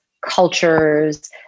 cultures